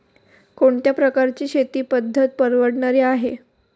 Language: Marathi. कोणत्या प्रकारची शेती पद्धत परवडणारी आहे?